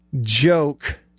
joke